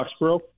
Foxborough